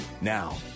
Now